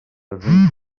resum